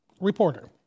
reporter